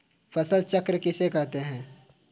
फसल चक्र किसे कहते हैं?